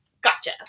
Gotcha